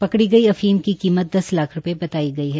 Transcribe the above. पकड़ी गई अफीम की कीमत दस लाख रूपये बताई गई है